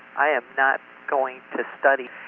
i am not going to study.